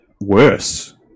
worse